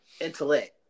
Intellect